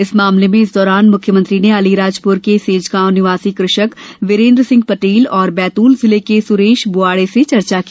इस मामले मे इस दौरान म्ख्यमंत्री ने आलीराजप्र के सेजगाव निवासी कृषक वीरेंद्र सिंह पटेल और बैतूल जिले के स्रेश ब्वाड़े से चर्चा की